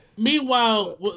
Meanwhile